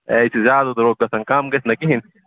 A یہِ چھُ زیادٕ دروٚگ گَژھان کَم گَژھِ نا کِہیٖنٛۍ